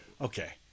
Okay